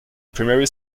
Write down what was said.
primary